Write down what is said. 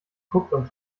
kupplung